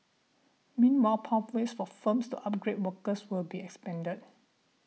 meanwhile pathways for firms to upgrade workers will be expanded